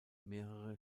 mehrere